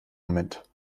moment